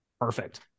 perfect